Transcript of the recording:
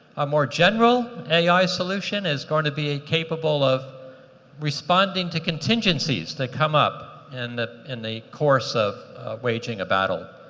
a more general ai solution is going to be a capable of responding to contingencies that come up in the in the course of waging a battle.